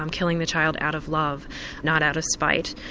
um killing the child out of love not out of spite.